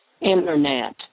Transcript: Internet